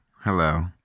Hello